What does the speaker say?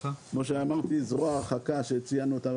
כמו שאמרתי זרוע ההרחקה שציינתי אותה